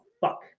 fuck